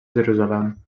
jerusalem